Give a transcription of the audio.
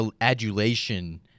adulation